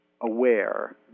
aware